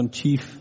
chief